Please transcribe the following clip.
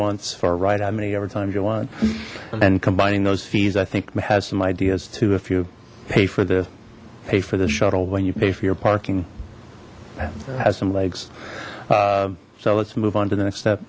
once for right how many ever times you want and combining those fees i think has some ideas too if you pay for the pay for the shuttle when you pay for your parking has some legs so let's move on to the next step